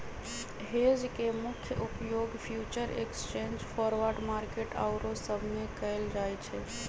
hedge के मुख्य उपयोग फ्यूचर एक्सचेंज, फॉरवर्ड मार्केट आउरो सब में कएल जाइ छइ